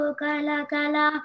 Kalakala